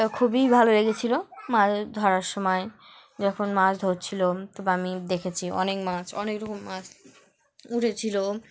তা খুবই ভালো লেগেছিলো মাছ ধরার সময় যখন মাছ ধরছিল তো আমি দেখেছি অনেক মাছ অনেক রকম মাছ উঠেছিলো